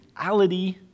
reality